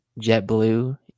JetBlue